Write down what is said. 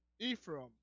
Ephraim